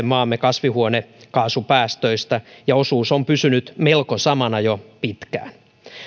maamme kasvihuonekaasupäästöistä ja osuus on pysynyt melko samana jo pitkään